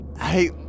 Hey